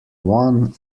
one